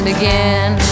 again